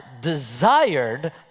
desired